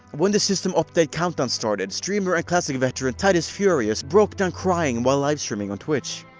when the system update countdown started, streamer and classic veteran titus furious broke down crying while livestreaming on twitch.